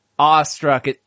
Awestruck